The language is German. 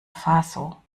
faso